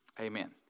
amen